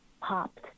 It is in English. popped